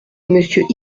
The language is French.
monsieur